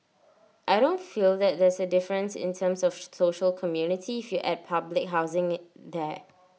I don't feel that there's A difference in terms of social community if you add public housing there